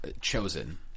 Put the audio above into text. chosen